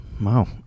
Wow